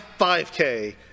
5K